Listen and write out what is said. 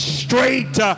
straight